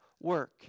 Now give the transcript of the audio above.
work